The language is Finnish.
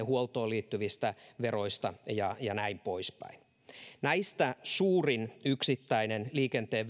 huoltoon liittyvistä veroista ja ja näin pois päin näistä suurin yksittäinen liikenteen